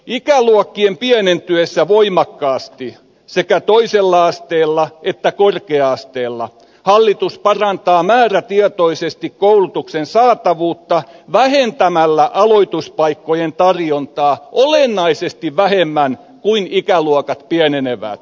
ikäluokkien pienentyessä voimakkaasti sekä toisella asteella että korkea asteella hallitus parantaa määrätietoisesti koulutuksen saatavuutta vähentämällä aloituspaikkojen tarjontaa olennaisesti vähemmän kuin ikäluokat pienenevät